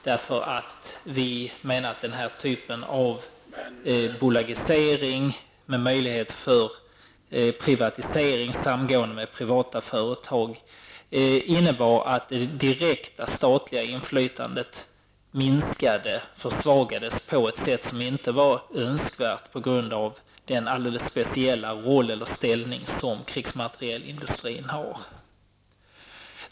Vi menade att den här typen av bolagisering, med möjlighet till privatisering och samgående med privata företag, innebar att det direkta statliga inflytandet minskade, att det försvagades på ett sätt som inte var önskvärt på grund av den alldeles speciella ställning som krigsmaterielindustrin har.